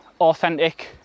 authentic